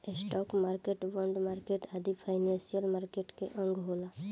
stock market, bond market आदि financial market के अंग होला